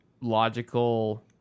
logical